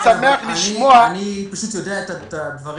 הייתי שמח לשמוע --- אני פשוט יודע את הדברים.